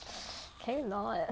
can you not